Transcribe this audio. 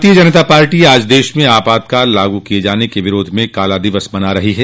भारतीय जनता पार्टी आज देश में आपातकाल लागाू किये जाने के विरोध में काला दिवस मना रही है